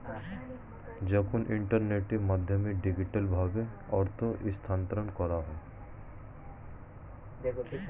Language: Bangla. যখন ইন্টারনেটের মাধ্যমে ডিজিটালভাবে অর্থ স্থানান্তর করা হয়